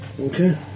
Okay